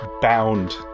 bound